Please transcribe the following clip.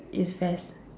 it's ves